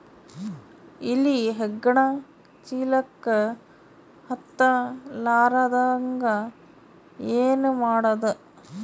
ಇಲಿ ಹೆಗ್ಗಣ ಚೀಲಕ್ಕ ಹತ್ತ ಲಾರದಂಗ ಏನ ಮಾಡದ?